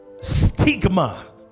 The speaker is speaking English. stigma